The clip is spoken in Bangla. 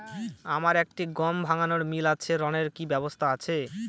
আমার একটি গম ভাঙানোর মিল আছে ঋণের কি ব্যবস্থা আছে?